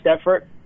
effort